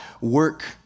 work